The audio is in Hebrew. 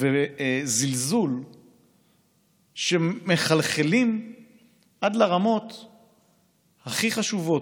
שטות וזלזול שמחלחלים עד לרמות שאולי הן הכי חשובות,